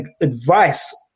advice